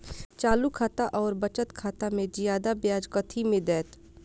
चालू खाता आओर बचत खातामे जियादा ब्याज कथी मे दैत?